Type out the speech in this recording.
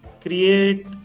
Create